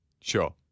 Sure